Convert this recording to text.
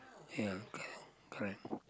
ya correct